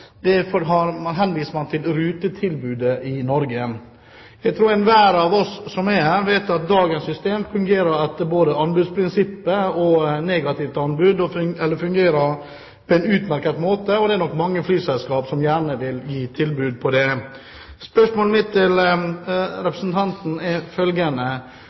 man skal opprettholde rutetilbudet i Norge. Jeg tror enhver av oss som er her, vet at dagens system fungerer etter både anbudsprinsippet og prinsippet om negativt anbud og fungerer på en utmerket måte. Det er nok mange flyselskaper som gjerne vil gi tilbud på det. Spørsmålet mitt til representanten er følgende: